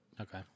Okay